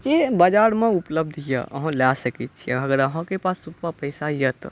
जे बजार मे उपलब्ध यऽ आहाँ लए सकै छी अगर आहाँके पास ओतबा पैसा यऽ तऽ